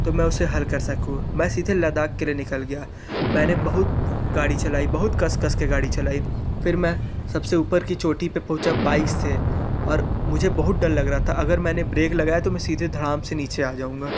तो मैं उसे हल कर सकूँ मैं सीधे लद्दाख़ के लिए निकल गया मैंने बहुत गाड़ी चलाई बहुत कस कस के गाड़ी चलाई फिर मैं सब से ऊपर की चोटी पर पहुँचा बाइक से और मुझे बहुत डर लग रहा था अगर मैंने ब्रेक लगाया तो मैं सीधे धड़ाम से नीचे आ जाऊँगा